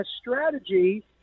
strategy